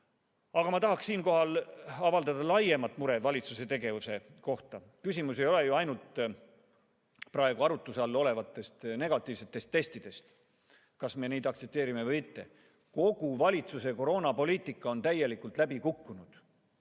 Aga ma tahan siinkohal avaldada laiemat muret valitsuse tegevuse üle. Küsimus ei ole ju ainult praegu arutuse all olevates negatiivsetes testides, et kas me neid aktsepteerime või mitte. Kogu valitsuse koroonapoliitika on täielikult läbi kukkunud.